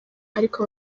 ariko